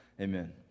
amen